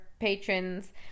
patrons